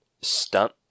stunt